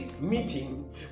meeting